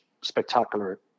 spectacular